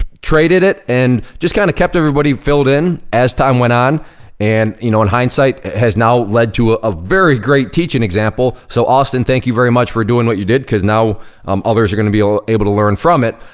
traded it and just kinda kept everybody filled in as time went on and, you know, in hindsight has now led to a ah very great teaching example. so austin, thank you very much for doing what you did cause now um others are gonna be able to learn from it,